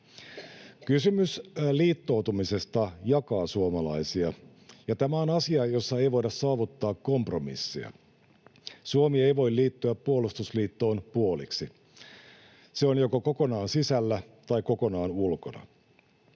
Kysymys liittoutumisesta jakaa suomalaisia, ja tämä on asia, jossa ei voida saavuttaa kompromissia. Suomi ei voi liittyä puolustusliittoon puoliksi. Se on joko kokonaan sisällä tai kokonaan ulkona.